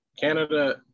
canada